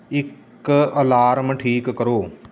ਇੱਕ ਅਲਾਰਮ ਠੀਕ ਕਰੋ